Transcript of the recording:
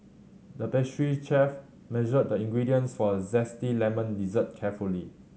the pastry chef measured the ingredients for a zesty lemon dessert carefully